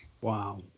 Wow